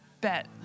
bet